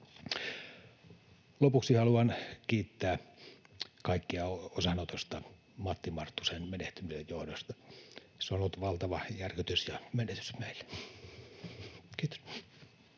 Lopuksi haluan kiittää kaikkia osanotosta Matti Marttusen menehtymisen johdosta. Se on ollut valtava järkytys ja menetys meille. — Kiitos.